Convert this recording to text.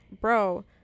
bro